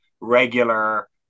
regular